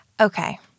Okay